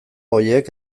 horiek